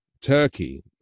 turkey